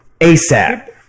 ASAP